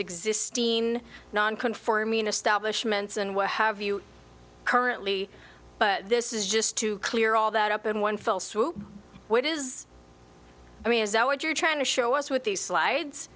existing non conforming establishment and what have you currently but this is just to clear all that up in one fell swoop which is i mean is that what you're trying to show us with these slides